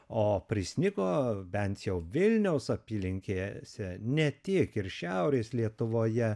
o prisnigo bent jau vilniaus apylinkėse ne tiek ir šiaurės lietuvoje